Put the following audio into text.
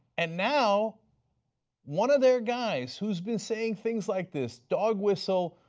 and now one of their guys, who has been saying things like this, dog whistle